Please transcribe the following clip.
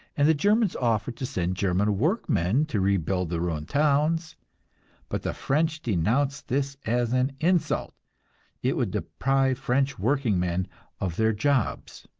and the germans offer to send german workmen to rebuild the ruined towns but the french denounce this as an insult it would deprive french workingmen of their jobs!